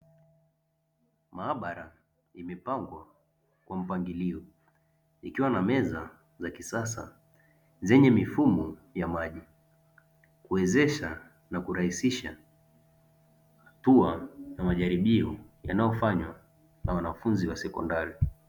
Maabara imepangwa kwa mpangilio, ikiwa na meza za kisasa zenye mifumo ya maji; kuwezesha na kurahisisha kuwa na majaribio yanayofanywa na wanafunzi wa sekondari.